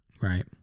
Right